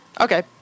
okay